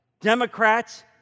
Democrats